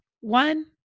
one